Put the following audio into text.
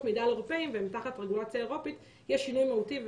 מידע על אירופאים והם תחת רגולציה אירופאית יש שינוי מהותי,